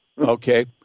Okay